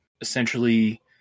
essentially